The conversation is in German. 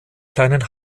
kleinen